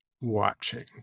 watching